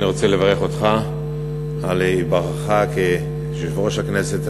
אני רוצה לברך אותך על היבחרך ליושב-ראש הכנסת.